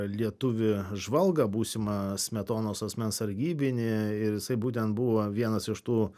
lietuvį žvalgą būsimą smetonos asmens sargybinį ir jisai būtent buvo vienas iš tų